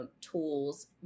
tools